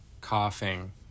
coughing